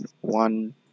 one